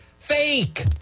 Fake